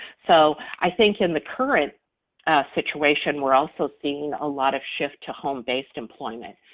so i think in the current situation, we're also seeing a lot of shift to home-based employment.